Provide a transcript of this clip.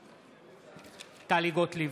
בעד טלי גוטליב,